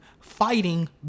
fighting